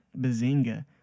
Bazinga